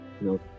No